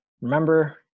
remember